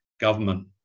government